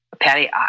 Patty